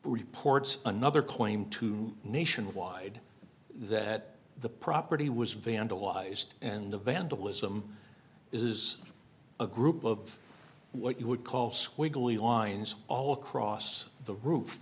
reports another claim to nationwide that the property was vandalized and the vandalism is a group of what you would call squiggly lines all across the roof